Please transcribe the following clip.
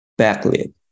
backlit